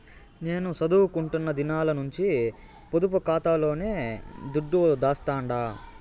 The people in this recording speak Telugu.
నేను సదువుకుంటున్న దినాల నుంచి పొదుపు కాతాలోనే దుడ్డు దాస్తండా